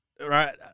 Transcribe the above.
right